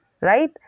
right